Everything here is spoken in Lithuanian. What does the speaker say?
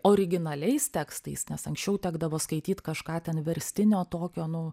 originaliais tekstais nes anksčiau tekdavo skaityt kažką ten verstinio tokio nu